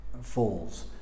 falls